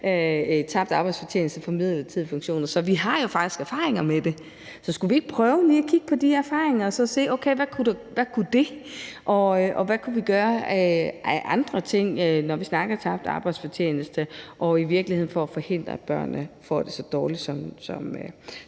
tabt arbejdsfortjeneste ved midlertidige funktionsnedsættelser. Så vi har jo faktisk erfaringer med det. Så skulle vi ikke prøve lige at kigge på de erfaringer og se på, hvad det kunne give, og hvad vi kunne gøre af andre ting, når vi snakker om tabt arbejdsfortjeneste? Og det er i virkeligheden for at forhindre, at børnene får det så dårligt, som de